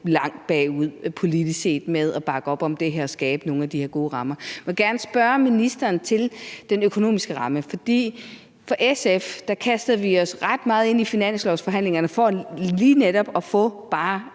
langt bagefter politisk set i forhold til at bakke op om det her og skabe nogle af de her gode rammer. Jeg vil gerne spørge ministeren til den økonomiske ramme. Fra SF's side kastede vi os ret meget ind i finanslovsforhandlingerne for lige netop at få bare